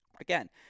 Again